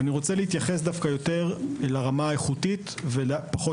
אני רוצה להתייחס יותר לרמה האיכותית ופחות